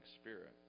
spirit